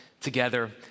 together